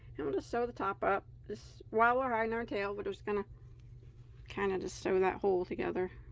i'm gonna sew the top up this while we're on our tail. we're just gonna kind of just over that hole together